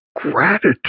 Gratitude